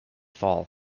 fall